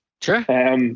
Sure